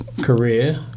Career